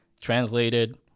translated